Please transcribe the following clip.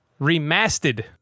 Remastered